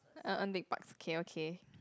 uh earn big bucks okay okay